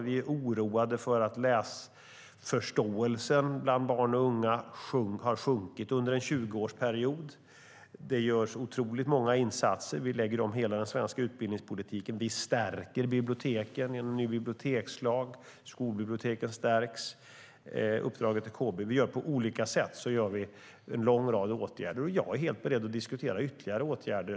Vi är oroade över att läsförståelsen bland barn och unga har sjunkit under en 20-årsperiod. Det görs otroligt många insatser: Vi lägger om hela den svenska utbildningspolitiken. Vi stärker biblioteken i en ny bibliotekslag. Skolbiblioteken stärks liksom uppdraget till KB. Vi vidtar på olika sätt en lång rad åtgärder, och jag är helt beredd att diskutera ytterligare åtgärder.